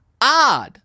odd